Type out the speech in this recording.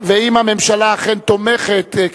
או